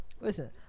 Listen